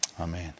Amen